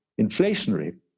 inflationary